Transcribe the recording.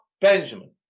Benjamin